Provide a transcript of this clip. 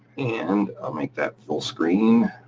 and i'll make that full screen.